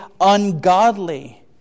ungodly